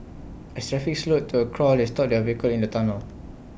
as traffic slowed to A crawl they stopped their vehicle in the tunnel